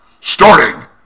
Starting